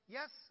Yes